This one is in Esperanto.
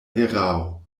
erao